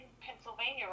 Pennsylvania